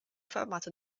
formato